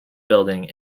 building